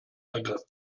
ergriff